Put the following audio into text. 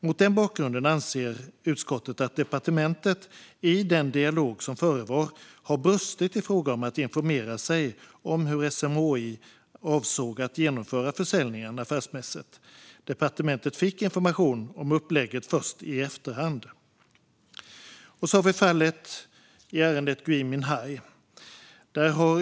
Mot den bakgrunden anser utskottet att departementet i den dialog som förevar har brustit i frågan om att informera sig om hur SMHI avsåg att genomföra försäljningen affärsmässigt. Departementet fick information om upplägget först i efterhand. Sedan har vi fallet i ärendet Gui Minhai.